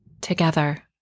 together